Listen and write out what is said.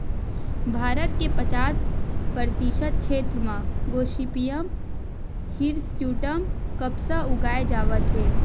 भारत के पचास परतिसत छेत्र म गोसिपीयम हिरस्यूटॅम कपसा उगाए जावत हे